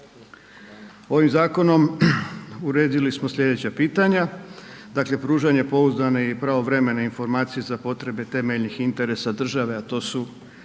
Ovim Zakonom uredili smo sljedeća pitanja, dakle pružanje pouzdane i pravovremene informacije za potrebe temeljnih interesa Države a to su